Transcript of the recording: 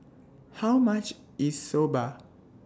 How much IS Soba